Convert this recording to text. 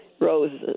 roses